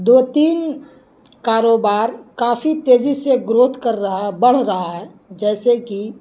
دو تین کاروبار کافی تیزی سے گروتھ کر رہا ہے بڑھ رہا ہے جیسے کہ